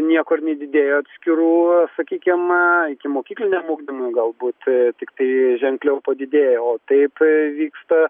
niekur nedidėjo atskirų sakykim ikimokykliniam ugdymui galbūt tiktai ženkliau padidėjo o taip vyksta